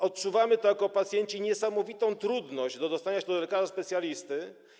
Odczuwamy, mamy jako pacjenci niesamowitą trudność z dostaniem się do lekarza specjalisty.